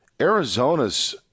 Arizona's